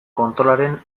kontrolaren